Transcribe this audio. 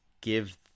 give